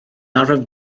arfer